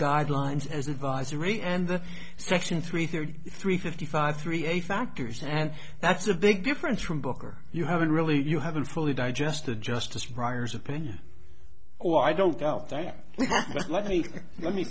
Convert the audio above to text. guidelines as advisory and section three thirty three fifty five three eight factors and that's a big difference from booker you haven't really you haven't fully digested justice briar's opinion oh i don't doubt that let me let me